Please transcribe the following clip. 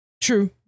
True